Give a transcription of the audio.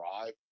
drive